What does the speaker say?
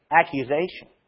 accusation